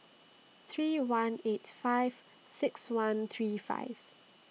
three one eight five six one three five